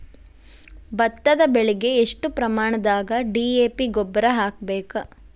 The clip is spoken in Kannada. ಭತ್ತದ ಬೆಳಿಗೆ ಎಷ್ಟ ಪ್ರಮಾಣದಾಗ ಡಿ.ಎ.ಪಿ ಗೊಬ್ಬರ ಹಾಕ್ಬೇಕ?